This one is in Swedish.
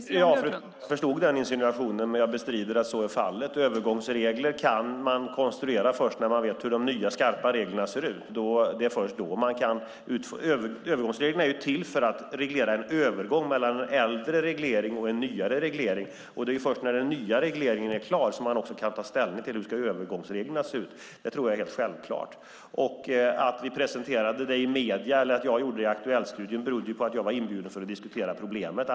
Fru talman! Jag förstod den insinuationen, men jag bestrider att så är fallet. Övergångsregler kan man konstruera först när man vet hur de nya skarpa reglerna ser ut. Det är först då man kan göra det. Övergångsreglerna är ju till för att reglera en övergång mellan en äldre reglering och en nyare reglering, och det är först när den nya regleringen är klar som man kan ta ställning till hur övergångsreglerna ska se ut. Det tror jag är helt självklart. Att jag presenterade det i Aktuelltstudion berodde ju på att jag var inbjuden för att diskutera problemet.